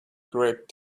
great